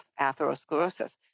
atherosclerosis